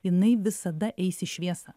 jinai visada eis į šviesą